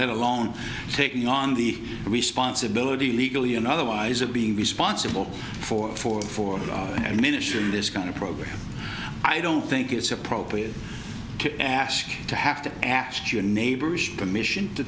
let alone taking on the responsibility legally and otherwise of being responsible for it for four minutes or in this kind of program i don't think it's appropriate to ask to have to ask your neighbors permission to